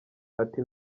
ati